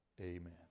amen